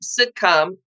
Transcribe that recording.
sitcom